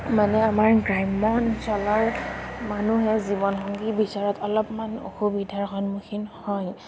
মানে আমাৰ গ্ৰাম্য অঞ্চলৰ মানুহে জীৱনসংগী বিচৰাত অলপমান অসুবিধাৰ সন্মুখীন হয়